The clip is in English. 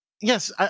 yes